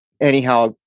Anyhow